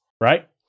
right